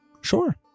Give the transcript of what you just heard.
Sure